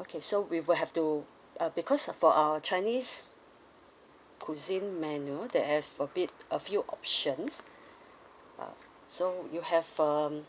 okay so we will have to uh because for our chinese cuisine menu there have a bit a few options uh so you have um